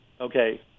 Okay